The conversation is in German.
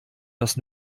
das